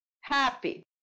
Happy